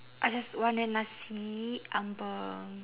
I just want a nasi ambeng